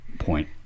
point